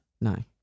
No